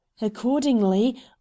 accordingly